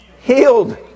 Healed